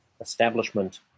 establishment